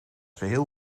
geheel